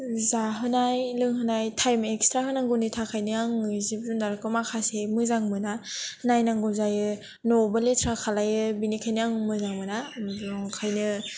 जाहोनाय लंहोनाय time extra होनांगौनि थाखायनो आं जिब जुनारखौ माखासे मोजां मोना नायनांगौ जायो न'बो लेथ्रा खालामो बेनिखायनो आं मोजां मोना ओंखायनो